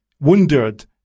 Wounded